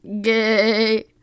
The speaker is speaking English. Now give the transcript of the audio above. gay